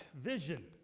vision